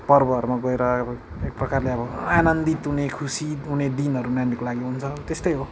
पर्वहरूमा गएर अब एक प्रकारले अब आनन्दित हुने खुसी हुने दिनहरू नानीहरूको लागि हुन्छ त्यस्तै हो